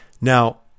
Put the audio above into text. Now